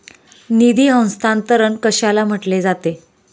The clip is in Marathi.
निधी हस्तांतरण कशाला म्हटले जाते?